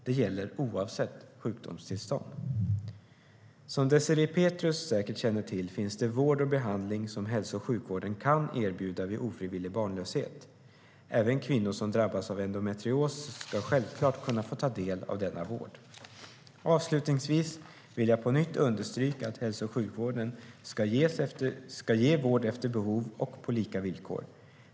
Det gäller oavsett sjukdomstillstånd. Avslutningsvis vill jag på nytt understryka att hälso och sjukvården ska ge vård efter behov och på lika villkor.